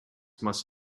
must